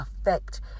affect